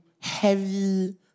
heavy